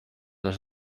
les